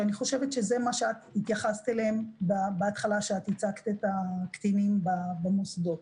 שאני חושבת שאליהם התייחסת כשהצגת את הקטינים במוסדות